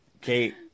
kate